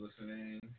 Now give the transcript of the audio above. listening